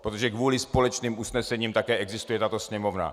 Protože kvůli společným usnesením také existuje tato Sněmovna.